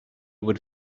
would